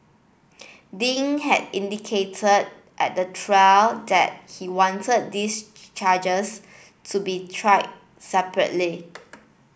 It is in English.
Ding had indicated at the trial that he wanted these charges to be tried separately